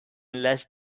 less